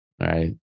right